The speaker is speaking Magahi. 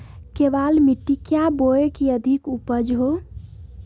केबाल मिट्टी क्या बोए की अधिक उपज हो?